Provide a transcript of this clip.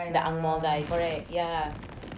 the ang moh guy correct ya